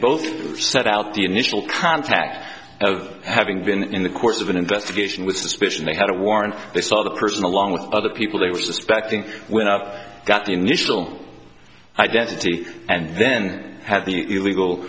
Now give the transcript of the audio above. both set out the initial contact of having been in the course of an investigation with suspicion they had a warrant they saw the person along with other people they were suspecting went up got the initial identity and then had the illegal